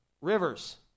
rivers